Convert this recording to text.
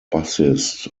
bassist